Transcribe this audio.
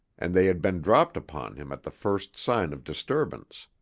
and they had been dropped upon him at the first sign of disturbance.